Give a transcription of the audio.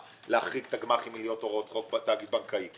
להחריג את הגמ"חים מלהיות הוראות חוק בתאגיד בנקאי כי